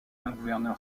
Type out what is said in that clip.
gouverneur